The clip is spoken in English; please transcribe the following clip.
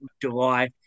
July